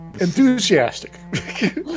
enthusiastic